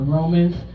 Romans